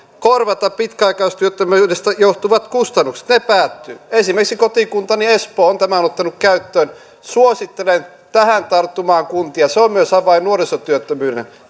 korvata pitkäaikaistyöttömyydestä johtuvat kustannukset ne päättyvät esimerkiksi kotikuntani espoo on tämän ottanut käyttöön suosittelen kuntia tähän tarttumaan se on myös avain nuorisotyöttömyyden